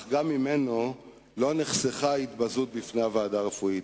אך גם ממנו לא נחסכה ההתבזות בפני הוועדה הרפואית.